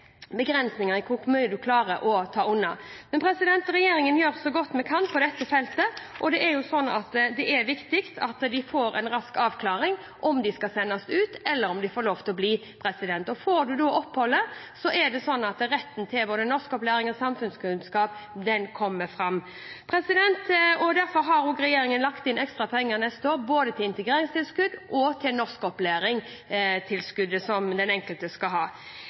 begrensninger på hvor mye man klarer å ta unna. Regjeringen gjør så godt den kan på dette feltet. Det er viktig at de det gjelder, får en rask avklaring på om de skal sendes ut, eller om de skal få lov til å bli. Får man opphold, kommer retten til opplæring i både norsk og samfunnskunnskap fram. Derfor har også regjeringen lagt inn ekstra penger neste år, både til integreringstilskudd og til norskopplæringstilskuddet som den enkelte skal ha.